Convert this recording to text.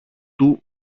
του